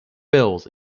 bills